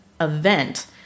event